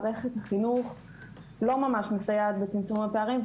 מערכת החינוך לא ממש מסייעת בצמצום הפערים,